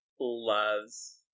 loves